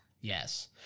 Yes